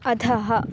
अधः